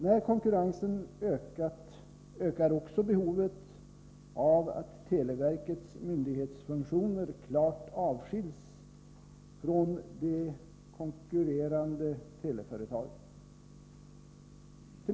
När konkurrensen ökat, ökar också behovet av att televerkets myndighetsfunktioner klart avskiljs från det konkurrerande teleföretaget.